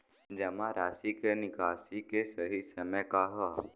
जमा राशि क निकासी के सही समय का ह?